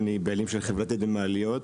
אני בעלים של חברת עדן מעליות.